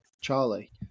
Charlie